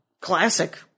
Classic